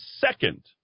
second